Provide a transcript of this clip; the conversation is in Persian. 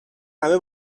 همه